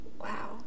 Wow